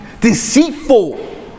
deceitful